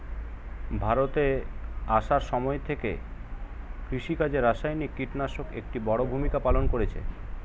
ভারতে আসার সময় থেকে কৃষিকাজে রাসায়নিক কিটনাশক একটি বড়ো ভূমিকা পালন করেছে